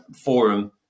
forum